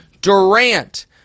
Durant